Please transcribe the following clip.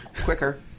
Quicker